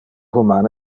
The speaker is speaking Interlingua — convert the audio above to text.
human